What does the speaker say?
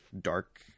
dark